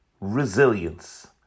Resilience